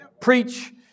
preach